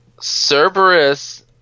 Cerberus